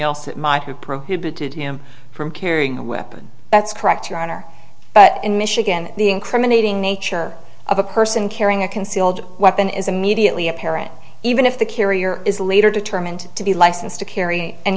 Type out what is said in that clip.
else that might have prohibited him from carrying a weapon that's correct your honor but in michigan the incriminating nature of a person carrying a concealed weapon is immediately apparent even if the carrier is later determined to be licensed to carry and